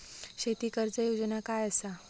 शेती कर्ज योजना काय असा?